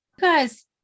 guys